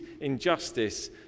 injustice